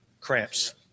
Cramps